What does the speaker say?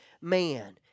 man